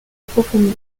approfondie